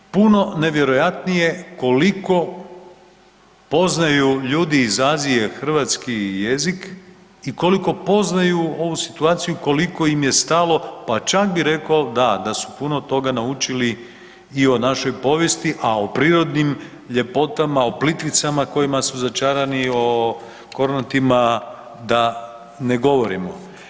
To je puno nevjerojatnije koliko poznaju ljudi iz Azije hrvatski jezik i koliko poznaju ovu situaciju, koliko im je stalo pa čak bi rekao da, da su puno toga naučili i o našoj povijesti, a o prirodnim ljepotama, o Plitvicama kojima su začarani, o Kornatima da ne govorimo.